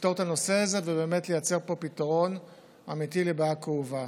לפתור את הנושא הזה ובאמת לייצר פה פתרון אמיתי לבעיה כאובה.